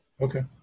okay